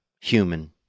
human